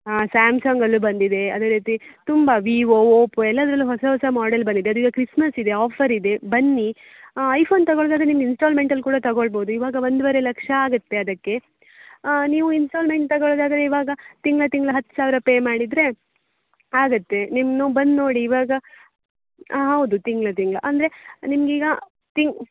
ಹಾಂ ಸ್ಯಾಮ್ಸಂಗಲ್ಲೂ ಬಂದಿದೆ ಅದೇ ರೀತಿ ತುಂಬ ವಿವೊ ಒಪೊ ಎಲ್ಲದರಲ್ಲೂ ಹೊಸ ಹೊಸ ಮಾಡೆಲ್ ಬಂದಿದೆ ಅದೀಗ ಕ್ರಿಸ್ಮಸ್ ಇದೆ ಆಫರ್ ಇದೆ ಬನ್ನಿ ಐಫೋನ್ ತಗೊಳೋದಾದ್ರೆ ನಿಮ್ಗೆ ಇನ್ಸ್ಟಾಲ್ಮೆಂಟಲ್ಲಿ ಕೂಡ ತಗೊಳ್ಬೌದು ಇವಾಗ ಒಂದುವರೆ ಲಕ್ಷ ಆಗುತ್ತೆ ಅದಕ್ಕೆ ನೀವು ಇನ್ಸ್ಟಾಲ್ಮೆಂಟ್ ತಗೊಳೋದಾದರೆ ಇವಾಗ ತಿಂಗ್ಳು ತಿಂಗ್ಳು ಹತ್ತು ಸಾವಿರ ಪೇ ಮಾಡಿದರೆ ಆಗುತ್ತೆ ನಿಮ್ನ ಬನ್ನಿ ನೋಡಿ ಇವಾಗ ಹಾಂ ಹೌದು ತಿಂಗ್ಳು ತಿಂಗ್ಳು ಅಂದರೆ ನಿಮ್ಗೆ ಈಗ ತಿಂಗ್